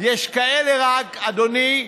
יש רק כאלה, אדוני,